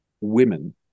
women